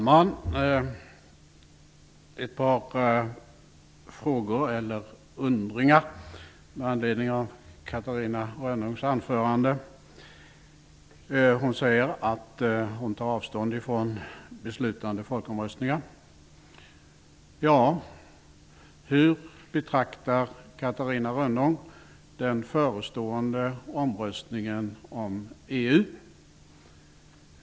Herr talman! Jag har ett par undringar med anledning av Catarina Rönnungs anförande. Catarina Rönnung säger att hon tar avstånd från beslutande folkomröstningar. Ja, men hur betraktar Catarina Rönnung då den förestående omröstningen om EU?